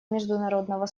международного